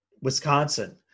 Wisconsin